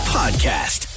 podcast